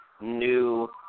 new